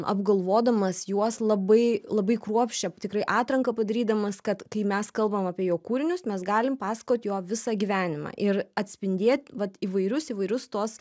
apgalvodamas juos labai labai kruopščią tikrai atranką padarydamas kad kai mes kalbam apie jo kūrinius mes galim pasakot jo visą gyvenimą ir atspindėt vat įvairius įvairius tuos